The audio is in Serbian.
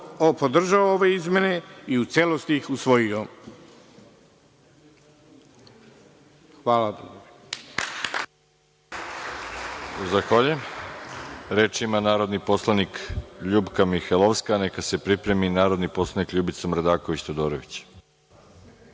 podržao ove izmene i u celosti ih usvojio. Hvala.